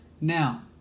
Now